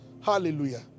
Hallelujah